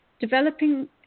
developing